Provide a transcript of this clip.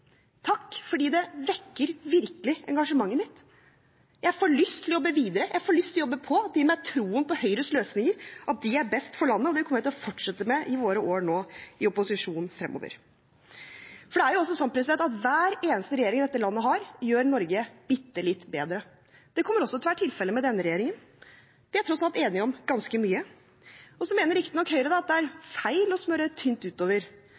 takk fordi det virkelig vekker engasjementet mitt. Jeg får lyst til å jobbe videre, jeg får lyst til å jobbe på, det gir meg troen på Høyres løsninger, at de er best for landet, og det kommer jeg til å fortsette med i våre år i opposisjon nå fremover. Det er sånn at hver eneste regjering dette landet har, gjør Norge bitte litt bedre. Det kommer også til å være tilfellet med denne regjeringen. Vi er tross alt enige om ganske mye. Så mener riktignok Høyre at det er feil å smøre tynt utover.